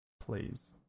please